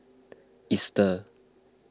Easter